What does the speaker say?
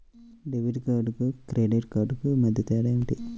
Debit కార్డుకు credit కార్డుకు మధ్య తేడా ఏమిటీ?